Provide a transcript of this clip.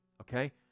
okay